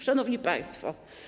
Szanowni Państwo!